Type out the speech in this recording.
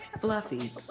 fluffy